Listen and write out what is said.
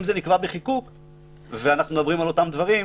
אם זה נקבע בחיקוק ואנחנו מדברים על אותם דברים,